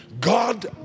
God